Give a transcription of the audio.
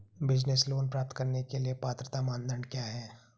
Business loan प्राप्त करने के लिए पात्रता मानदंड क्या हैं?